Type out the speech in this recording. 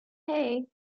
hey